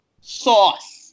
sauce